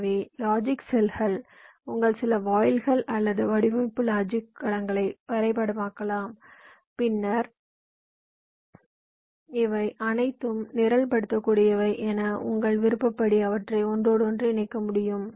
எனவே லாஜிக் செல்கள் உள்ளன உங்கள் சில வாயில்கள் அல்லது வடிவமைப்பை லாஜிக் கலங்களில் வரைபடமாக்கலாம் பின்னர் இவை அனைத்தும் நிரல்படுத்தக்கூடியவை என உங்கள் விருப்பப்படி அவற்றை ஒன்றோடொன்று இணைக்க முடியும்